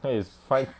that is fine